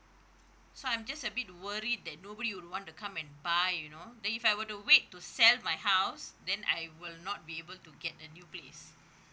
so I'm just a bit worried that nobody would want to come and buy you know then if I were to wait to sell my house then I will not be able to get a new place